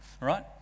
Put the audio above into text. right